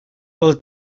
per